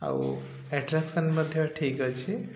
ଆଉ ଆଟ୍ରାକ୍ସନ୍ ମଧ୍ୟ ଠିକ୍ ଅଛି